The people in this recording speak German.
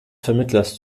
vermittlers